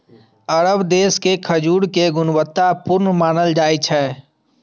अरब देश के खजूर कें गुणवत्ता पूर्ण मानल जाइ छै